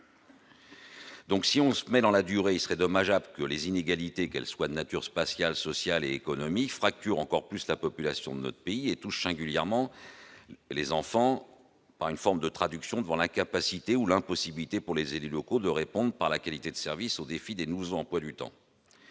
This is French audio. Donc, si on se met dans la durée, il serait dommageable que les inégalités qu'elle soit de nature spatiale social, économie fracture encore plus la population de notre pays et touche singulièrement les enfants par une forme de traduction devant l'incapacité ou l'impossibilité pour les élus locaux de répondent par la qualité de service au défilé nous emploi du temps,